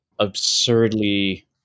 absurdly